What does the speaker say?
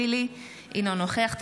אינו נוכח סימון מושיאשוילי,